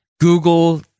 Google